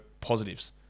positives